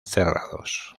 cerrados